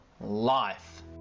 life